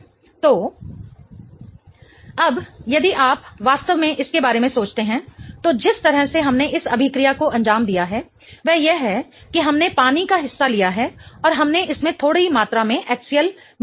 इसलिए Keq Cl H3O HCl H2O अब यदि आप वास्तव में इसके बारे में सोचते हैं तो जिस तरह से हमने इस अभिक्रिया को अंजाम दिया है वह यह है कि हमने पानी का हिस्सा लिया है और हमने इसमें थोड़ी मात्रा में HCl मिलाया है